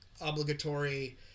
obligatory